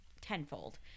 tenfold